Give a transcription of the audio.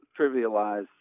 trivialize